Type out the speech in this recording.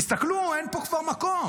תסתכלו, אין פה כבר מקום.